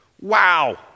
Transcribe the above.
Wow